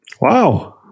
Wow